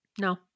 No